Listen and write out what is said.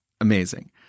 amazing